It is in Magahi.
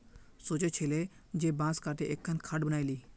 सोचे छिल जे बांस काते एकखन खाट बनइ ली